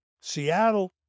Seattle